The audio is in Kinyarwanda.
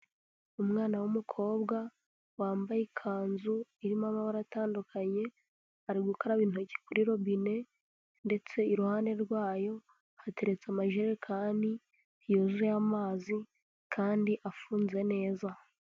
Umwana w'umukobwa, wambaye ikanzu irimo amabara atandukanye, ari gukaraba intoki kuri robine, ndetse iruhande rwayo, hateretse amajerekani yuzuye amazi kandi afunze neza.